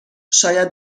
شاید